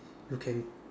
you can